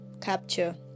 capture